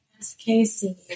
SKC